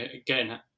again